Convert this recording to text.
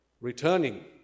returning